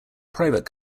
private